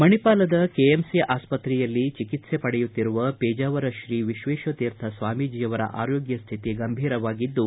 ಮಣಿಪಾಲದ KMC ಆಸ್ಪತ್ರೆಯಲ್ಲಿ ಚಿಕಿತ್ಸೆ ಪಡೆಯುತ್ತಿರುವ ಪೇಜಾವರ ಶ್ರೀ ವಿಶ್ವೇಶ ತೀರ್ಥ ಸ್ವಾಮೀಜಿಯವರ ಆರೋಗ್ಯ ಸ್ಥಿತಿ ಗಂಭೀರವಾಗಿದ್ದು